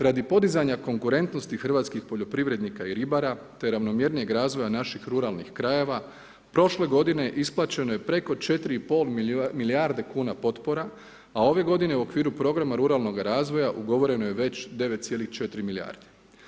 Radi podizanja konkurentnosti hrvatskih poljoprivrednika i ribara te ravnomjernijeg razvoja naših ruralnih krajeva prošle godine isplaćeno je preko 4 i pol milijarde kuna potpora, a ove godine u okviru programa ruralnoga razvoja ugovoreno je već 9,4 milijardi.